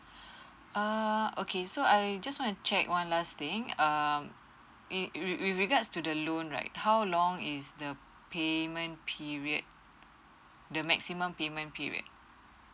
err okay so I just want to check one last thing um with with with regards to the loan right how long is the payment period the maximum payment period